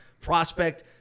prospect